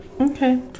Okay